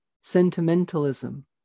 sentimentalism